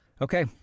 Okay